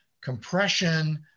compression